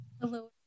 Hello